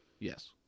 Yes